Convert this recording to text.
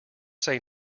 say